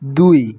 দুই